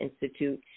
Institute